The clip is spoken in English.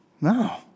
No